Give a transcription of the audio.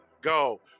go